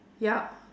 yup